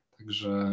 Także